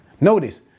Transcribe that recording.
notice